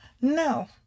No